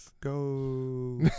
Go